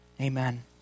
Amen